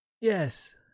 Yes